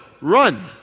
Run